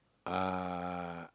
uh